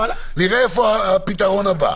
נראה איפה הפתרון הבא.